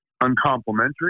uncomplimentary